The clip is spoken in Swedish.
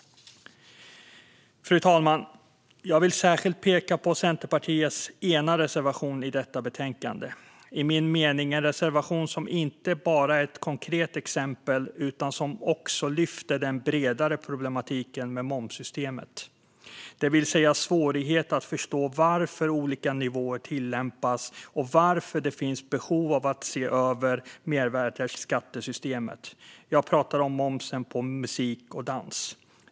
Fru talman! Jag vill särskilt peka på Centerpartiets ena reservation i detta betänkande. Det är enligt min mening en reservation som inte bara är ett konkret exempel utan som också lyfter fram den bredare problematiken med momssystemet. Det gäller svårighet att förstå varför olika nivåer tillämpas och varför det finns behov av att se över mervärdesskattesystemet. Jag pratar om momsen på musik och dans.